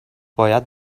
باید